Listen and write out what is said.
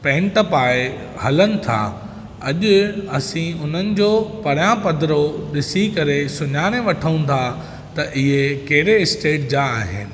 pant पाए हलनि था अॼु असीं हुननि जो परियां पदरो ॾिसी करे सुञाणे वठूं था त इहे कहिड़े स्टेट जा आहिनि